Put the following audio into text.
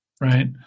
right